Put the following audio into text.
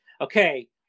Okay